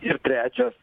ir trečias